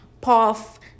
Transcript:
Puff